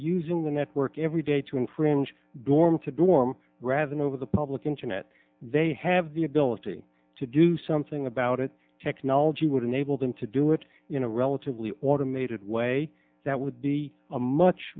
using the network every day to infringe dorm to dorm rather than over the public internet they have the ability to do something about it technology would enable them to do it in a relatively automated way that would be a much